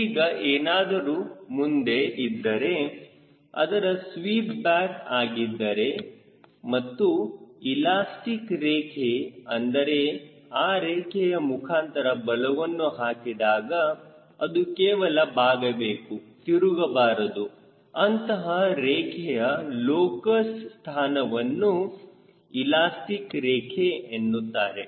ಈಗ ಏನಾದರೂ ಮುಂದೆ ಇದ್ದರೆ ಅಂದರೆ ಸ್ವೀಪ್ ಬ್ಯಾಕ್ ಆಗಿದ್ದರೆ ಮತ್ತು ಇಲಾಸ್ಟಿಕ್ ರೇಖೆ ಅಂದರೆ ಆ ರೇಖೆಯ ಮುಖಾಂತರ ಬಲವನ್ನು ಹಾಕಿದಾಗ ಅದು ಕೇವಲ ಬಾಗಬೇಕು ತಿರುಗಬಾರದು ಅಂತಹ ರೇಖೆಯ ಲೋಕಸ್ ಸ್ಥಾನವನ್ನು ಇಲಾಸ್ಟಿಕ್ ರೇಖೆ ಎನ್ನುತ್ತಾರೆ